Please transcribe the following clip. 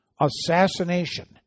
assassination